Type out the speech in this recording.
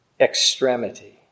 extremity